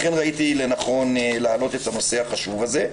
לכן ראיתי לנכון להעלות את הנושא החשוב הזה.